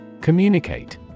Communicate